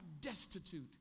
destitute